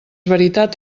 veritat